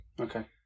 Okay